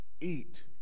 eat